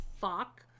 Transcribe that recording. fuck